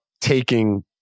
taking